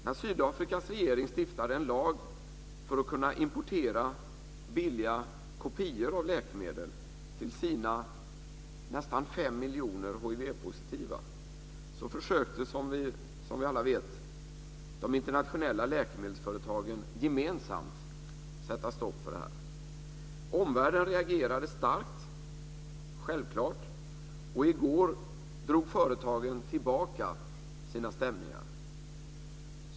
När Sydafrikas regering stiftade en lag för att kunna importera billiga kopior av läkemedel till sina nästan 5 miljoner hivpositiva försökte, som vi alla vet, de internationella läkemedelsföretagen gemensamt sätta stopp för det här. Omvärlden reagerade starkt - det är självklart - och i går drog företagen tillbaka sina stämningar.